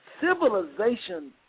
civilization